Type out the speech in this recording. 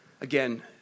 again